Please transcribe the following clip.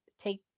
take